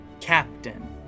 captain